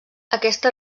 aquesta